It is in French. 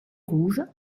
rouge